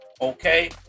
Okay